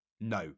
No